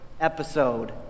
episode